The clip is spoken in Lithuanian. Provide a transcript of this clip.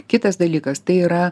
kitas dalykas tai yra